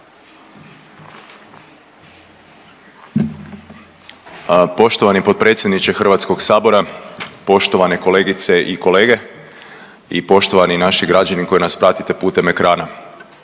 Poštovani potpredsjedniče Hrvatskog sabora, poštovane kolegice i kolege i poštovani naši građani koji nas pratite putem ekrana,